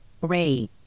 Ray